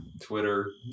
twitter